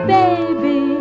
baby